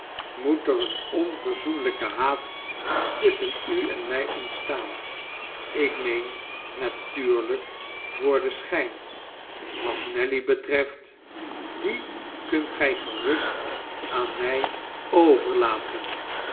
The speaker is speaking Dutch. moet er een onverzoenlijke haat tussdhen u en mij ontstaan ik meen natuurlijk voor den schijn wat nelly betreft die kunt gij gerust aan mij overnelly